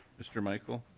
mr. michael